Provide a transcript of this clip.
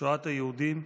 שואת היהודים,